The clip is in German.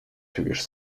tückisch